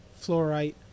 Fluorite